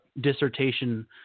dissertation